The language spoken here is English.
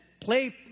play